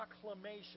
proclamation